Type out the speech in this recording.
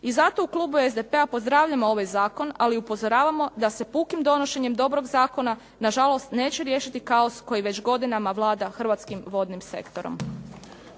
I zato u klubu SDP-a pozdravljamo ovaj zakon, ali upozoravamo da se pukim donošenjem dobrog zakona na žalost neće riješiti kaos koji već godinama vlada hrvatskim vodnim sektorom.